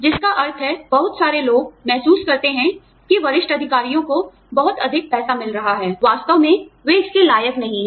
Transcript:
जिसका अर्थ है बहुत सारे लोग महसूस करते हैं कि वरिष्ठ अधिकारियों को बहुत अधिक पैसा मिल रहा है वास्तव में वे इसके लायक नहीं हैं